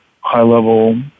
high-level